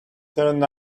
turned